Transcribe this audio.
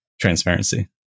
transparency